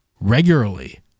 regularly